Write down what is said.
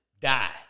die